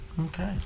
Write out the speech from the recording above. Okay